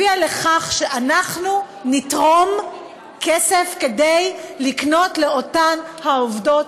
הביאה לכך שאנחנו נתרום כסף כדי לקנות לאותן עובדות